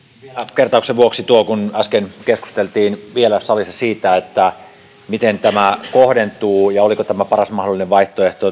kertauksen vuoksi kun äsken keskusteltiin salissa siitä miten tämä kohdentuu ja oliko tämä paras mahdollinen vaihtoehto